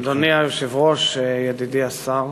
אדוני היושב-ראש, ידידי השר,